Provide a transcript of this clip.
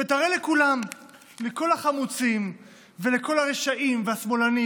ותראה לכולם, לכל החמוצים ולכל הרשעים והשמאלנים